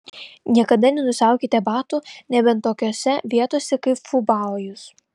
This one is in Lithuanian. niekada nenusiaukite batų nebent tokiose vietose kaip fubajus